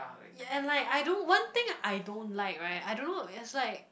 ya and like I don't one thing I don't like right I don't know it's like